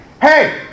hey